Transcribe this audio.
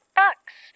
bucks